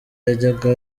yajyaga